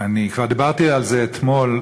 אני כבר דיברתי על זה אתמול,